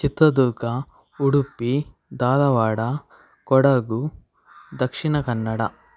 Chitradurga Udupi Dharwad Kodagu Dakshina Kannada